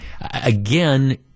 again